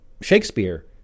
Shakespeare